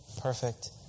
perfect